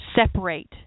separate